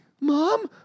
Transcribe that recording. Mom